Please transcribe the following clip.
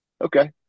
Okay